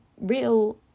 real